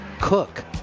cook